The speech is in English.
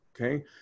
okay